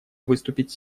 выступить